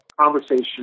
conversation